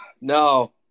No